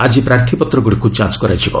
ଆଜି ପ୍ରାର୍ଥୀପତ୍ର ଗୁଡ଼ିକୁ ଯାଞ୍ଚ କରାଯିବ